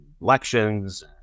elections